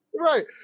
Right